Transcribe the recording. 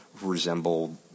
Resemble